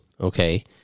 Okay